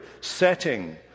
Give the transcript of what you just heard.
setting